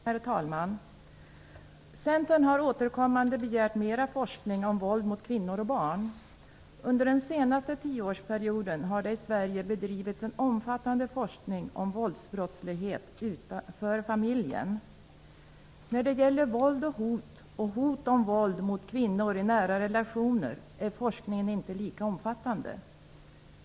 Herr talman! Centern har återkommande begärt mera forskning om våld mot kvinnor och barn. Under den senaste tioårsperioden har det i Sverige bedrivits en omfattande forskning om våldsbrottslighet utanför familjen. När det gäller våld och hot om våld mot kvinnor i nära relationer är forskningen inte lika omfattande.